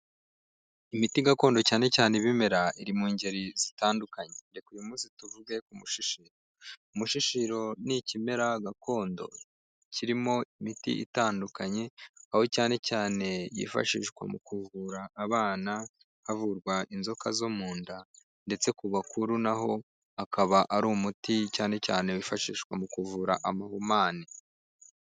Imiti gakondo cyane cyane ibimera iri mu ngeri zitandukanye reka uyu munsi tuvuge ku mushishiro, umushishiro ni ikimera gakondo kirimo imiti itandukanye, aho cyane cyane yifashishwa mu kuvura abana havurwa inzoka zo mu nda ndetse ku bakuru n'aho akaba ari umuti cyane cyane wifashishwa mu kuvura amahumane.